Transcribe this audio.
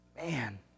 Man